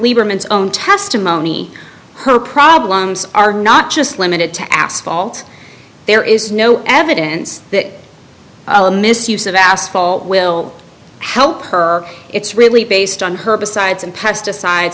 lieberman's own testimony her problems are not just limited to asphalt there is no evidence that a misuse of asphalt will help her it's really based on herbicides and pesticides